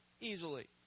easily